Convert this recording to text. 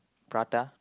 prata